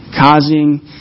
causing